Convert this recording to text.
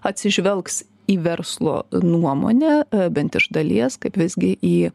atsižvelgs į verslo nuomonę bent iš dalies kad visgi į